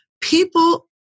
People